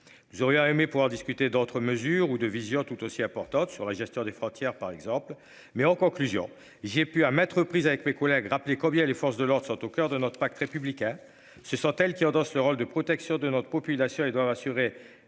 nous aurions aimé pouvoir discuter d'autres mesures ou de vision tout aussi importante sur la gestion des frontières par exemple mais en conclusion, j'ai pu à mettre aux prises avec mes collègues rappeler combien les forces de l'ordre sont au coeur de notre pacte républicain, ce sont elles qui endosse le rôle de protection de notre population et doivent assurer